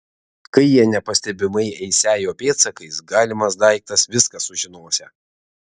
kai jie nepastebimai eisią jo pėdsakais galimas daiktas viską sužinosią